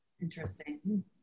Interesting